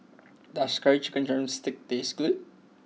does Curry Chicken Drumstick taste good